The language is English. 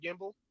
gimbal